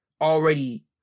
already